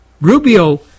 Rubio